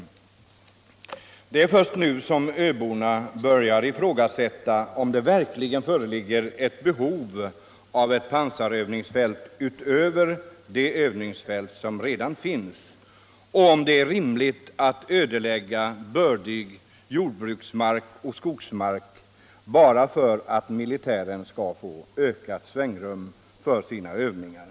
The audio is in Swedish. Det — Nr 68 är först nu som öborna börjar ifrågasätta om det verkligen föreligger Onsdagen den ett behov av ett pansarövningsfält utöver de övningsfält som redan finns, 18 februari 1976 om det är rimligt att ödelägga bördig jordbruksmark och skogsmark bara för att militären skall få ökat svängrum för sina övningar.